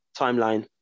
timeline